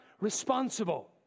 responsible